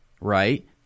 right